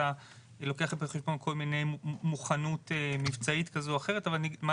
היא לוקחת בחשבון מוכנות מבצעית כזו או אחרת אבל אני אגיד מה